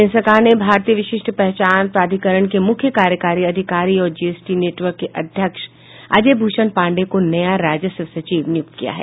केंद्र सरकार ने भारतीय विशिष्ट पहचान प्राधिकरण के मुख्य कार्यकारी अधिकारी और जीएसटी नेटवर्क के अध्यक्ष अजय भूषण पांडेय को नया राजस्व सचिव नियुक्त किया है